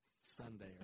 Sunday